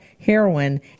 heroin